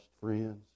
friends